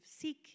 seek